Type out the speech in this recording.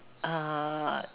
err